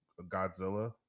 Godzilla